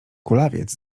kulawiec